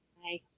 Hi